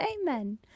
amen